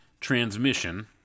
transmission